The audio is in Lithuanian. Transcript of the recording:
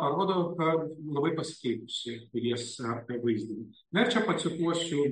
parodo kad labai pasikeitusį pilies tą vaizdinį na ir čia pacituosiu